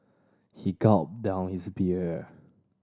he gulped down his beer